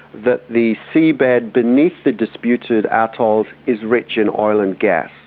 that the seabed beneath the disputed atolls is rich in oil and gas.